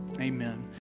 Amen